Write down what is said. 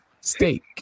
steak